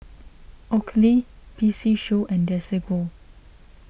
Oakley P C Show and Desigual